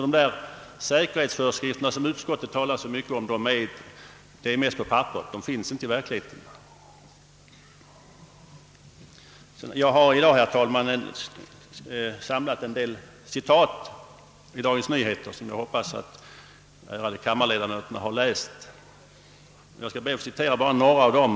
De säkerhetsföreskrifter som utskottet talar så mycket om finns alltså på papperet men knappast i verkligheten. Jag har samlat en del citat i Dagens Nyheter för i dag, som jag hoppas att de ärade kammarledamöterna har läst, och jag skall be att få citera några av dem.